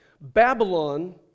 Babylon